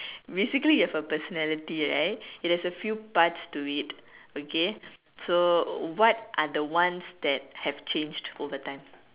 basically you have a personality right there's a few parts to it okay so what are the ones that have changed over time